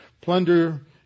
Plunder